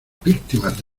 víctimas